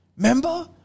Remember